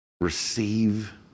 receive